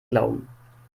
glauben